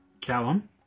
Callum